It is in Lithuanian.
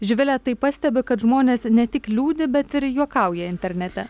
živile tai pastebi kad žmonės ne tik liūdi bet ir juokauja internete